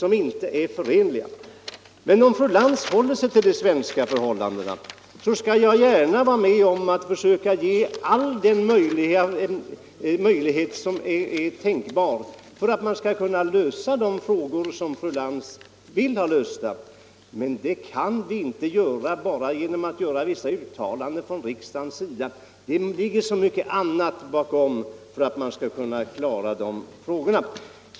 Om fru Lantz håller sig till de svenska förhållandena skall jag däremot gärna vara med och på alla tänkbara sätt försöka lösa de problem som fru Lantz vill ha lösta. Men det kan inte bara ske genom att riksdagen uttalar sig. Det krävs så mycket annat för att kunna klara dessa frågor.